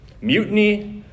Mutiny